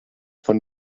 von